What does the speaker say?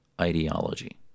ideology